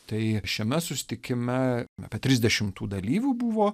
tai šiame susitikime apie trisdešimt tų dalyvių buvo